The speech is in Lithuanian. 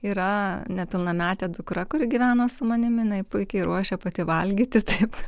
yra nepilnametė dukra kuri gyvena su manimi jinai puikiai ruošia pati valgyti taip